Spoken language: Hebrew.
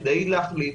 כדי להחליט,